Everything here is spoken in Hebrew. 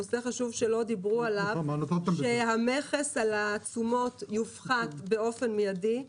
נושא חשוב שלא דיברו עליו הוא שהמכס על התשומות יופחת באופן מיידי,